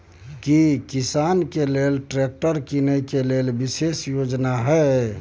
की किसान के लेल ट्रैक्टर कीनय के लेल विशेष योजना हय?